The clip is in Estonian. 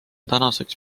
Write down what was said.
tänaseks